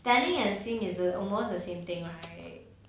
stanning and simp is a almost the same thing right